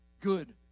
good